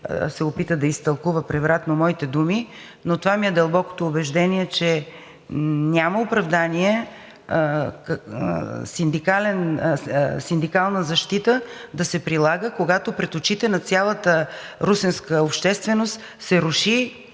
се опита да изтълкува превратно моите думи, но това ми е дълбокото убеждение, че няма оправдание синдикална защита да се прилага, когато пред очите на цялата русенска общественост се руши